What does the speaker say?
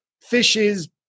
fishes